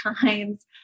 times